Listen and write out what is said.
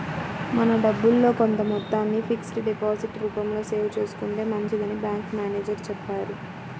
మన డబ్బుల్లో కొంత మొత్తాన్ని ఫిక్స్డ్ డిపాజిట్ రూపంలో సేవ్ చేసుకుంటే మంచిదని బ్యాంకు మేనేజరు చెప్పారు